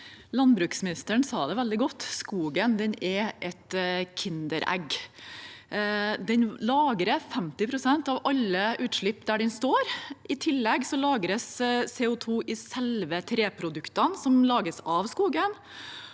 Landbruks- ministeren sa det veldig godt: Skogen er et kinderegg. Den lagrer 50 pst. av alle utslipp der den står. I tillegg lagres CO2 i selve treproduktene som lages av skogen,